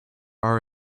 are